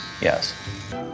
yes